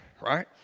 right